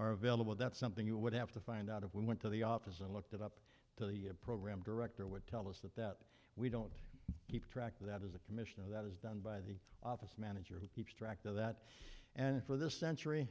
are available that's something you would have to find out if we went to the office and looked it up to the program director would tell us that that we don't keep track that is a commission that was done by the office manager who keeps track of that and for this century